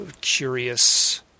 curious